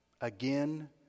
Again